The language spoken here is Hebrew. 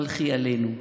מלכי עלינו.